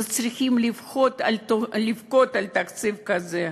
זה, צריכים לבכות על תקציב כזה.